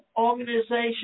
organization